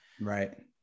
Right